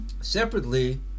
Separately